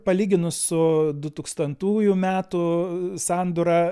palyginus su dutūkstantųjų metų sandūra